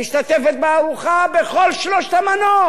משתתפת בארוחה בכל שלוש המנות,